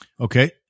Okay